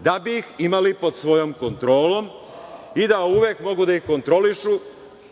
da bi ih imali pod svojom kontrolom i da uvek mogu da ih kontrolišu